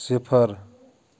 صِفر